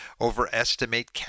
overestimate